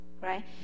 right